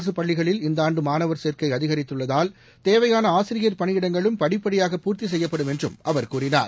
அரசுப் பள்ளிகளில் இந்த ஆண்டு மானவர் சேர்க்கை அதிகரித்துள்ளதால் தேவையான ஆசிரியர் பணியிடங்களும் படிப்படியாக பூர்த்தி செய்யப்படும் என்றும் அவர் கூறினார்